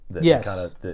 Yes